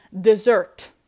dessert